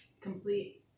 complete